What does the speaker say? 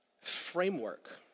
framework